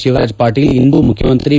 ಶಿವರಾಜ ಪಾಟೀಲ್ ಇಂದು ಮುಖಮಂತ್ರಿ ಬಿ